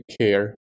care